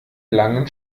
langen